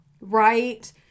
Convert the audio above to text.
right